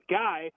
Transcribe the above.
guy